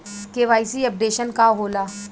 KYC updation का होला?